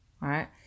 right